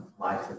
life